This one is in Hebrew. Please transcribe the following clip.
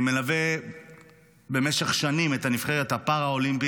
אני מלווה במשך שנים את הנבחרת הפראלימפית,